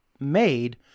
made